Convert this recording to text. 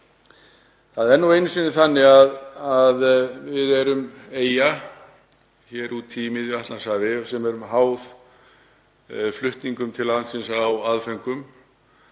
Það er nú einu sinni þannig að við erum eyja úti í miðju Atlantshafi og erum háð flutningum til landsins á aðföngum,